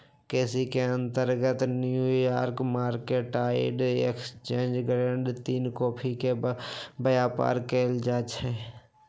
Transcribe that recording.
केसी के अंतर्गत New York mercantile exchange grade तीन कॉफी के व्यापार कएल जाइ छइ